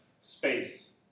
space